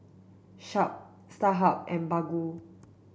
Sharp Starhub and Baggu